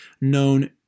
known